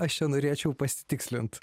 aš čia norėčiau pasitikslint